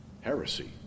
heresy